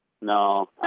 No